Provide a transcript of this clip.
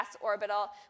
orbital